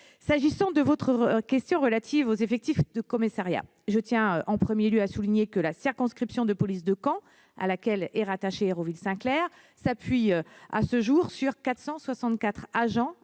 S'agissant de votre question relative aux effectifs du commissariat, je tiens d'abord à souligner que la circonscription de police de Caen à laquelle est rattachée Hérouville-Saint-Clair s'appuie à ce jour sur 464 agents,